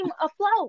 afloat